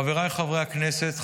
חבריי חברי הכנסת,